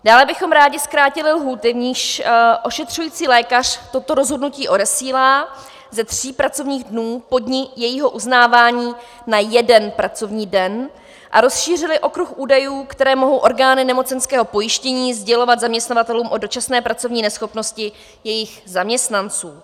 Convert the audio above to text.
Dále bychom rádi zkrátili lhůty, v nichž ošetřující lékař toto rozhodnutí odesílá, ze tří pracovních dnů po dni jejího uznávání na jeden pracovní den a rozšířili okruh údajů, které mohou orgány nemocenského pojištění sdělovat zaměstnavatelům o dočasné pracovní neschopnosti jejich zaměstnanců.